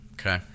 Okay